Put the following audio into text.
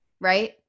Right